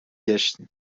گشتیم